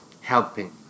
helping